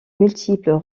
multiples